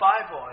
Bible